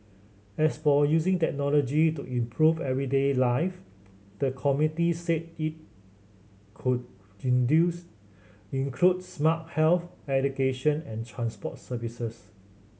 as for using technology to improve everyday life the committee said it could induce include smart health education and transport services